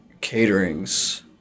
caterings